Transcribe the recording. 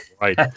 right